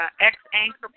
ex-anchor